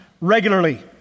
regularly